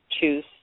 choose